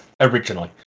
originally